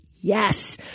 Yes